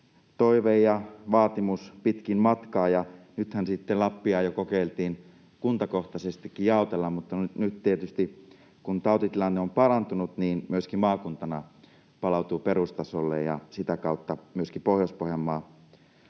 toive ja vaatimus pitkin matkaa. Nythän sitten Lappia jo kokeiltiin kuntakohtaisestikin jaotella, mutta nyt tietysti, kun tautitilanne on parantunut, se myöskin maakuntana palautuu perustasolle ja sitä kautta myöskin Pohjois-Pohjanmaa